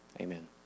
Amen